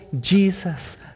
Jesus